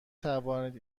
توانید